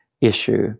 issue